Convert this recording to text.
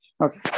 Okay